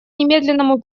немедленному